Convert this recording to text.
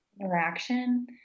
interaction